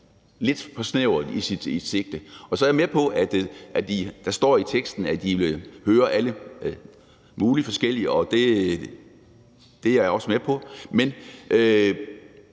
lidt for snævert i sit sigte. Og så er jeg med på, at der står i teksten, at I vil høre alle mulige forskellige, og det er jeg også med på.